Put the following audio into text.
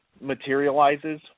materializes